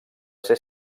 ser